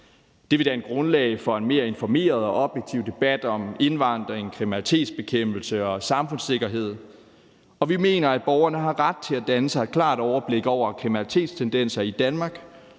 Det vil danne grundlag for en mere informeret og objektiv debat om indvandring, kriminalitetsbekæmpelse og samfundssikkerhed. Vi mener, at borgerne har ret til at danne sig et klart overblik over kriminalitetstendenser i Danmark